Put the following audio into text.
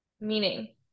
meaning